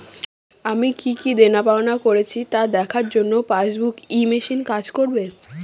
আমি কি কি দেনাপাওনা করেছি তা দেখার জন্য পাসবুক ই মেশিন কাজ করবে?